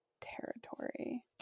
territory